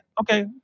okay